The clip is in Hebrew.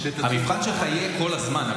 המבחן שלך יהיה כל הזמן.